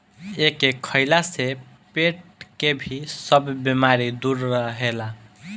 एके खइला से पेट के भी सब बेमारी दूर रहेला